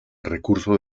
recurso